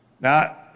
Now